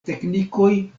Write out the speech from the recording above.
teknikoj